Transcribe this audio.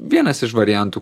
vienas iš variantų